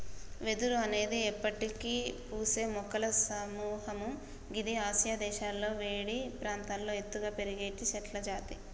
వెదురు అనేది ఎప్పటికి పూసేటి మొక్కల సముహము గిది ఆసియా దేశాలలో వేడి ప్రాంతాల్లో ఎత్తుగా పెరిగేటి చెట్లజాతి